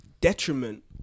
detriment